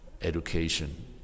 education